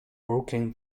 broken